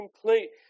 complete